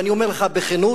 ואני אומר לך בכנות: